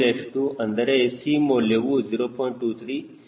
ಅಂದರೆ c ಮೌಲ್ಯವು 0